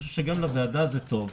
משהו שגם לוועדה זה טוב.